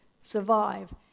survive